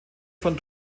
von